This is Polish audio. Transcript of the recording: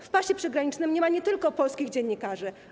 W pasie przygranicznym nie ma nie tylko polskich dziennikarzy.